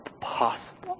possible